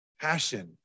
passion